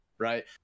right